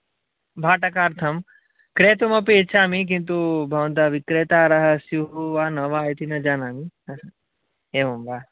भाटकार्थं क्रेतुमपि इच्छामि किन्तु भवन्तः विक्रेतारः स्युः वा न वा इति न जानामि एवं वा